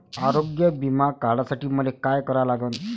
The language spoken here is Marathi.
आरोग्य बिमा काढासाठी मले काय करा लागन?